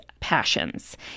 passions